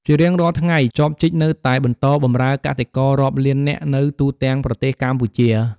ជារៀងរាល់ថ្ងៃ ចបជីកនៅតែបន្តបម្រើកសិកររាប់លាននាក់នៅទូទាំងប្រទេសកម្ពុជា។